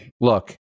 look